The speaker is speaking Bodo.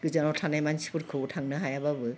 गोजानाव थानाय मानसिफोरखौबो थांनो हायाब्लाबो